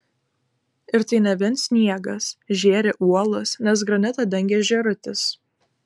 ir tai ne vien sniegas žėri uolos nes granitą dengia žėrutis